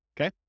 okay